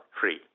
free